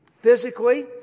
physically